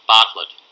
Bartlett